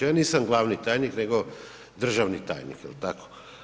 Ja nisam glavni tajnik nego državni tajnik, jel tako?